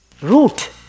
Root